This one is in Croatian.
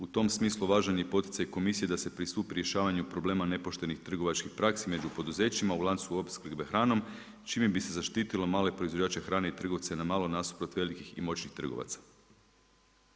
U tom smislu važan je poticaj komisije da se pristupi rješavanju problema nepoštenih trgovačkih praksi među poduzećima u lancu opskrbe hranom čime bi se zaštitilo male proizvođače hrane i trgovce na malo nasuprot velikih i moćnih trgovaca.